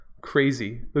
Crazy